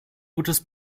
gutes